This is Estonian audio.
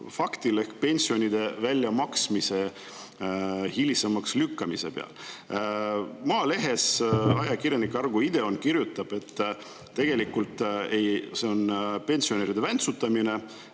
faktil ehk pensionide väljamaksmise hilisemaks lükkamise peal. Maalehes ajakirjanik Argo Ideon kirjutab, et tegelikult see on pensionäride väntsutamine.